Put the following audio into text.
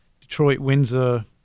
Detroit-Windsor